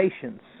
patience